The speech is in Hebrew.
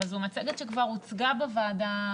אבל זו מצגת שכבר הוצגה בוועדה.